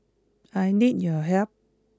I need your help